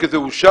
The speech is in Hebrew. כי זה אומר,